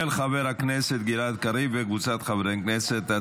של חבר הכנסת גלעד קריב וקבוצת חברי הכנסת.